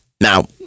Now